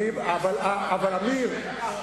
עמיר,